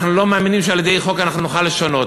אנחנו לא מאמינים שעל-ידי חוק אנחנו נוכל לשנות.